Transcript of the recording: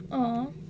(uh huh)